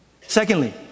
Secondly